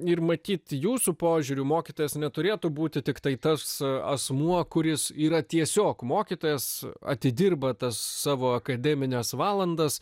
ir matyt jūsų požiūriu mokytojas neturėtų būti tiktai tas asmuo kuris yra tiesiog mokytojas atidirba tas savo akademines valandas